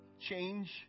change